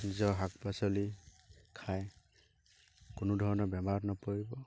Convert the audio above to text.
নিজৰ শাক পাচলি খাই কোনো ধৰণৰ বেমাৰত নপৰিব